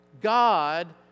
God